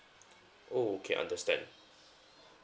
oh okay understand